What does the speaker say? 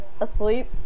asleep